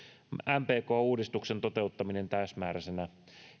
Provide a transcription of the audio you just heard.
mpk uudistuksen toteuttaminen täysimääräisenä